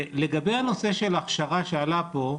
לגבי הנושא של ההכשרה שעלה פה.